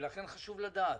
לכן חשוב לדעת.